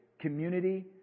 community